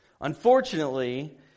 Unfortunately